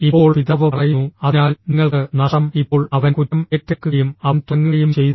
ഇപ്പോൾ പിതാവ് പറയുന്നു അതിനാൽ നിങ്ങൾക്ക് നഷ്ടം ഇപ്പോൾ അവൻ കുറ്റം ഏറ്റെടുക്കുകയും അവൻ തുടങ്ങുകയും ചെയ്തു